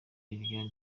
liliane